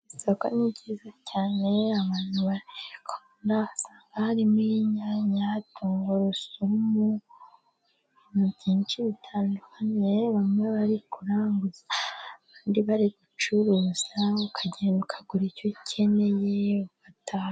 Isoko ni ingenzi cyane abantu bararikunda, usanga harimo inyanya tungurusumu n'ibindi byinshi bitandukanye, bamwe bari kuranguza abandi bari gucuruza, ukagenda ukagura icyo ukeneye ugataha.